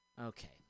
okay